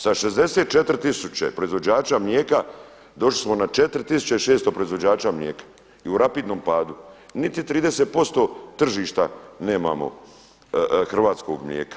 Sa 64 tisuće proizvođača mlijeka došli smo na 4.600 proizvođača mlijeka i u rapidnom padu, niti 30% tržišta nemamo hrvatskog mlijeka.